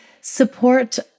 Support